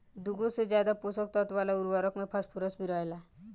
दुगो से ज्यादा पोषक तत्व वाला उर्वरक में फॉस्फोरस भी रहेला